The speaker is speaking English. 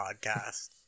podcast